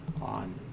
on